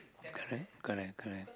correct correct correct